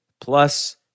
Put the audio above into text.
plus